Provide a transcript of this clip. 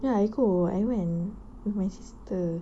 ya I go I went with my sister